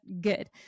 good